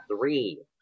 three